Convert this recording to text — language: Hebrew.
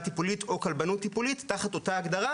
טיפולית או כלבנות טיפולית תחת אותה הגדרה,